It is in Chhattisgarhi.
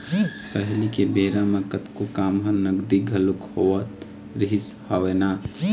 पहिली के बेरा म कतको काम ह नगदी घलोक होवत रिहिस हवय ना